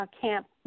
camp